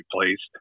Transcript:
replaced